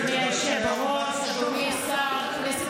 אדוני היושב-ראש, אדוני השר, כנסת